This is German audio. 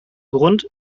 grund